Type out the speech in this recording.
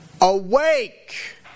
Awake